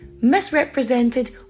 misrepresented